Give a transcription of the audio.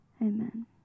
amen